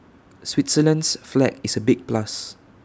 Switzerland's flag is A big plus